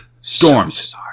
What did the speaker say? Storms